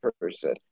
person